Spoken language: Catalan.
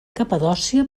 capadòcia